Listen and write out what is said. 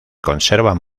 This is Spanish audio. conservan